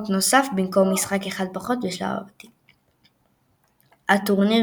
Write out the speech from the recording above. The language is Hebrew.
שלב פלייאוף של 32 קבוצות –